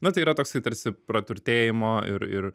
na tai yra toksai tarsi praturtėjimo ir ir